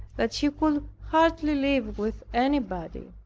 that she could hardly live with anybody.